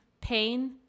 Pain